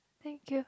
thank you